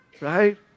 right